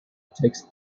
takes